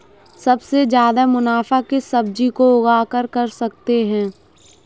सबसे ज्यादा मुनाफा किस सब्जी को उगाकर कर सकते हैं?